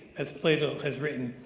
as plato has written,